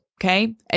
Okay